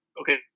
Okay